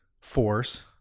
force